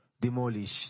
demolished